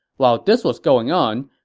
while this was going on,